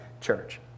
church